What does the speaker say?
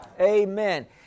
Amen